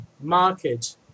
market